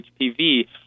HPV